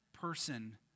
person